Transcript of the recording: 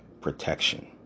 protection